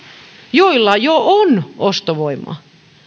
joilla jo on ostovoimaa